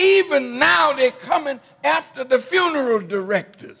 even now they come in after the funeral director